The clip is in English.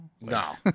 No